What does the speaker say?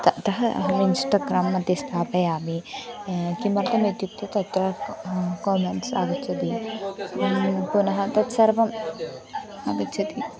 अतः अहम् इन्स्टग्रां मध्ये स्थापयामि किमर्थम् इत्युक्ते तत्र कोमेण्ट्स् आगच्छति पुनः तत्सर्वम् आगच्छति